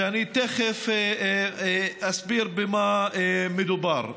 ואני תכף אסביר במה מדובר.